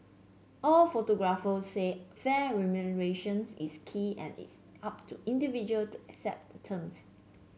all photographers said fair remuneration is key and it's up to individual to accept the terms